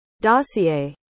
Dossier